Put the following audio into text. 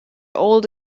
old